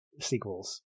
sequels